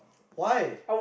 why